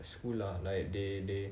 school lah like they they